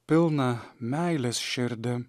pilną meilės širdį